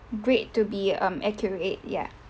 great to be um accurate ya